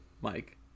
Mike